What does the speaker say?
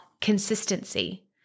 consistency